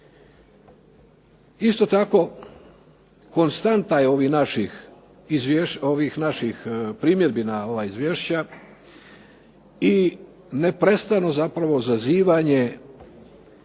ovih naših izvješća, ovih naših primjedbi na ova izvješća i neprestano zapravo zazivanje